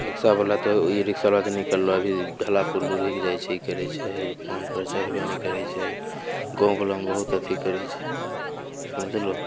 rickshaw बला तऽ e rickshaw बला जे निकलो अभी ढाला पर लुढ़ैक जाइत छै ई करैत छै बान्ह पर चढ़बे नहि करैत छै गाँव बलामे बहुत अथी करैत छै समझलहो